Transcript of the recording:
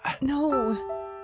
No